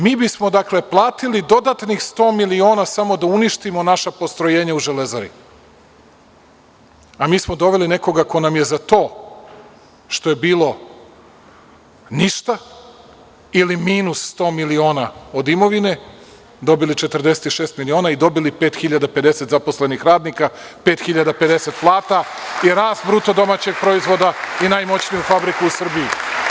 Mi bismo, dakle, platili dodatnih 100 miliona samo da uništimo naša postrojenja u „Železari“ a mi smo doveli nekoga ko nam je za to što je bilo ništa, ili minus 100 miliona od imovine, dobili 46 miliona i dobili 5.050 zaposlenih radnika, 5.050 plata i rast BDP i najmoćniju fabriku u Srbiji.